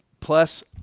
plus